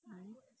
nice